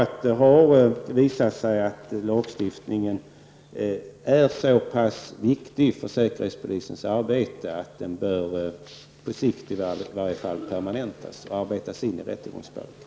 Har det visat sig att lagstiftningen är så pass viktig för säkerhetspolisens arbete bör den på sikt permanentas och arbetas in i rättegångsbalken.